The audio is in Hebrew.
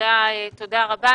תודה רבה.